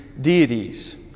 deities